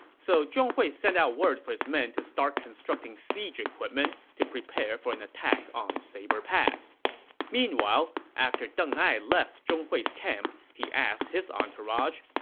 so zhong hui sent out word for his men to start constructing siege equipment to prepare for an attack on the saber pass meanwhile, after deng ai left zhong hui's camp, he asked his entourage,